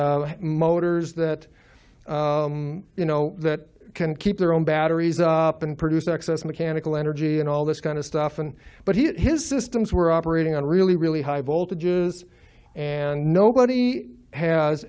and motors that you know that can keep their own batteries up and produce excess mechanical energy and all this kind of stuff and but he his systems were operating on really really high voltages and nobody has